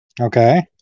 Okay